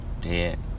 dead